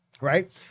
Right